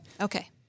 Okay